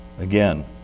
again